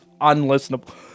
unlistenable